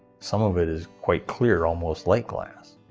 some of it is quite clear, almost like glass.